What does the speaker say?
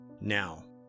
Now